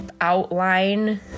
outline